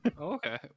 Okay